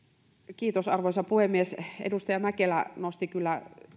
arvoisa puhemies edustaja mäkelä nosti kyllä